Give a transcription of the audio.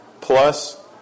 plus